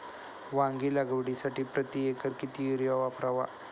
वांगी लागवडीसाठी प्रति एकर किती युरिया वापरावा?